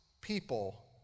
people